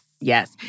Yes